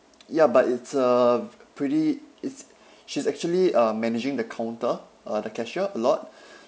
ya but it's uh pretty it's she's actually uh managing the counter uh the cashier a lot